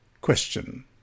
Question